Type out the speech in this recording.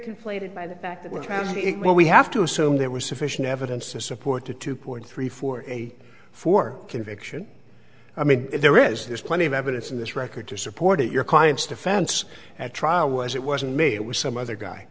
conflated by the fact that we're trying to get what we have to assume there was sufficient evidence to support the two ports before for conviction i mean there is there's plenty of evidence in this record to support your client's defense at trial was it wasn't me it was some other guy